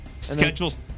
Schedule's